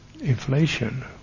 inflation